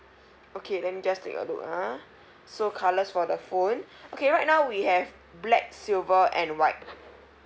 okay let me just take a look ah so colours for the phone okay right now we have black silver and white